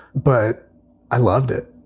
but i loved it.